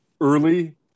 early